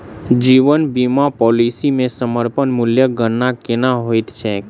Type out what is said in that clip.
जीवन बीमा पॉलिसी मे समर्पण मूल्यक गणना केना होइत छैक?